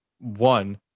one